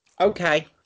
Okay